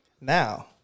now